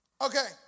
Okay